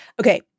Okay